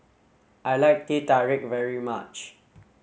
I like Teh Tarik very much